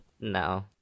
No